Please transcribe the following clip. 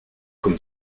comme